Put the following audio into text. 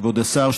כבוד השר שטייניץ,